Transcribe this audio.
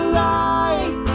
light